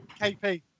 Kp